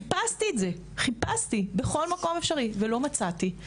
ממש חיפשתי את זה בכל מקום אפשרי ולא מצאתי.